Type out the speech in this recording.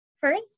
First